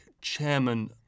chairman